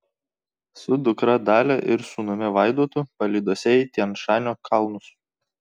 su dukra dalia ir sūnumi vaidotu palydose į tian šanio kalnus